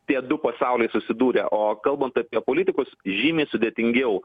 tie du pasauliai susidūrė o kalbant apie politikus žymiai sudėtingiau